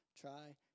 try